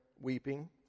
weeping